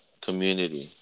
community